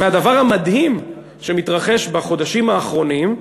הדבר המדהים שמתקיים בחודשים האחרונים,